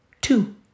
two